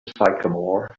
sycamore